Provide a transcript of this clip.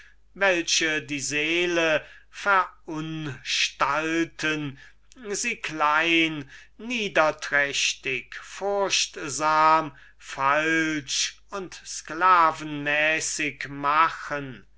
welche die seele verunstalten sie klein niederträchtig furchtsam falsch und sklavenmäßig machen